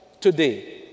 today